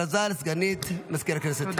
הודעה לסגנית מזכיר הכנסת, בבקשה.